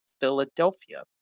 Philadelphia